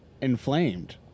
Inflamed